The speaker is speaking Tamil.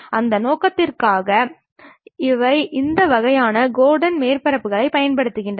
அந்த நோக்கத்திற்காக இந்த வகையான கோர்டன் மேற்பரப்புகள் பயன்படுத்தப்படும்